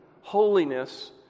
holiness